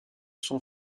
son